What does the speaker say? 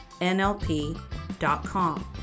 NLP.com